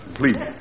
please